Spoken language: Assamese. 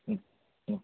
ও ও